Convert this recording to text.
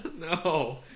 no